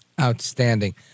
Outstanding